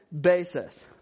basis